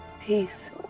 Peace